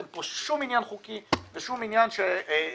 אין פה שום עניין חוקי ושום עניין שצריך